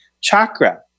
chakra